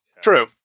True